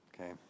Okay